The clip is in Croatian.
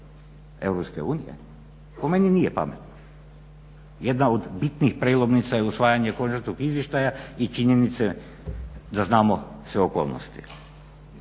EU po meni nije pametno. Jedna od bitnih prijelomnica je usvajanje kongresnog izvještaja i činjenice da znamo sve okolnosti.